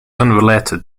unrelated